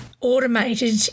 automated